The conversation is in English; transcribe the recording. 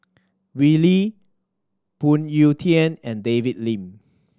Wee Lin Phoon Yew Tien and David Lim